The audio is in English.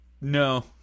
no